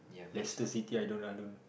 Leicester-City I don't lah I don't